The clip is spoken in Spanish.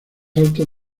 alto